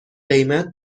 قیمت